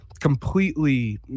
completely